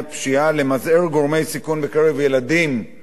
למזער גורמי סיכון בקרב ילדים ובני-נוער,